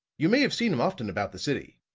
you may have seen him often about the city.